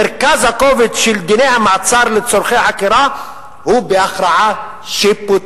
מרכז הכובד של דיני המעצר לצורכי חקירה הוא בהכרעה השיפוטית."